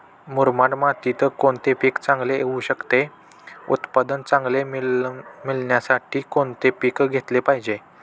मुरमाड मातीत कोणते पीक चांगले येऊ शकते? उत्पादन चांगले मिळण्यासाठी कोणते पीक घेतले पाहिजे?